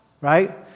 right